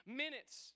minutes